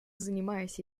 занимаясь